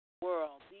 world